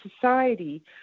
society